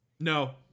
No